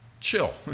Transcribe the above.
chill